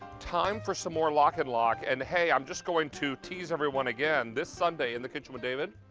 time for some more lock and lock. and hey, i'm just going to tease everyone again. this sunday, in the kitchen with david,